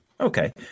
Okay